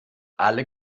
alle